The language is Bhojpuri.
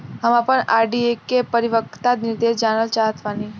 हम आपन आर.डी के परिपक्वता निर्देश जानल चाहत बानी